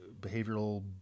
behavioral